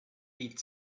beat